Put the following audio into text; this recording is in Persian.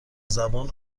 زبان